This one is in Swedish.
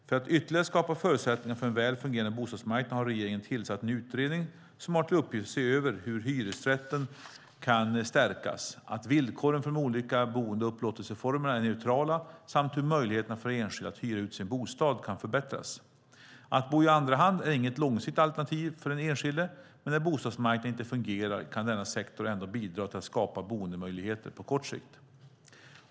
För att ytterligare skapa förutsättningar för en väl fungerande bostadsmarknad har regeringen tillsatt en utredning som har till uppgift att se över hur hyresrätten kan stärkas, att villkoren för de olika boende och upplåtelseformerna är neutrala samt hur möjligheterna för enskilda att hyra ut sin bostad kan förbättras. Att bo i andra hand är inget långsiktigt alternativ för den enskilde, men när bostadsmarknaden inte fungerar kan denna sektor ändå bidra till att skapa boendemöjligheter på kort sikt.